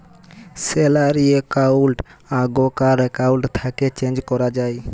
salary account আগ্কার account থ্যাকে change ক্যরা যায়